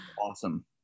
awesome